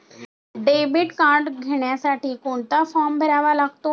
Debit card घेण्यासाठी कोणता form भरावा लागतो?